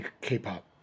K-pop